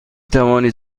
توانی